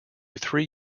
three